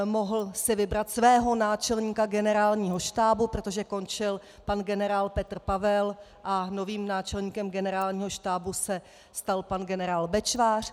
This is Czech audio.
Mohl si vybrat svého náčelníka Generálního štábu, protože končil pan generál Petr Pavel a novým náčelníkem Generálního štábu se stal pan generál Bečvář.